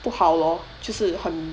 不好 lor 就是很